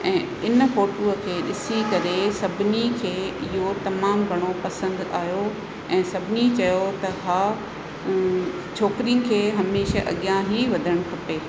ऐं इन फोटूअ खे ॾिसी करे सभिनी खे इहो तमामु घणो पसंदि आहियो ऐं सभिनी चयो त हा छोकिरियुनि खे हमेशा अॻियां ई वधण खपे